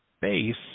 base